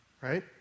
right